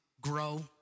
grow